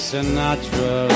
Sinatra